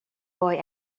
boy